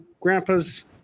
grandpa's